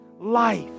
life